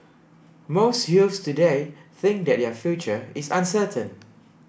most youths today think that their future is uncertain